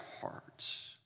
hearts